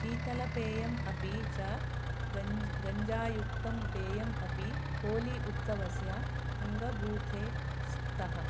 शीतलपेयम् अपि च गञ् गञ्जायुक्तं पेयम् अपि होली उत्सवस्य अङ्गभूते स्तः